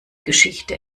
geschichte